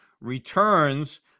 returns